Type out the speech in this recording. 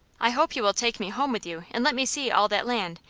i hope you will take me home with you, and let me see all that land,